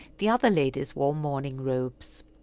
the other ladies wore morning robes.